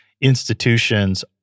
institutions